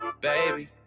Baby